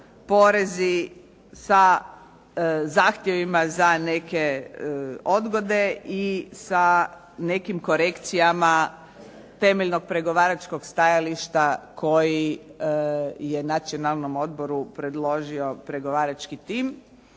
porezi sa zahtjevima za neke odgode i sa nekim korekcijama temeljnog pregovaračkog stajališta koji je Nacionalnom odboru predložio pregovarački tim.